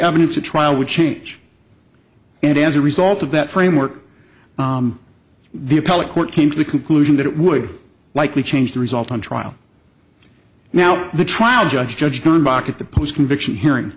evidence a trial would change and as a result of that framework the appellate court came to the conclusion that it would likely change the result on trial now the trial judge judge john bach at the post conviction hearing